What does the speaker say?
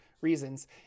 reasons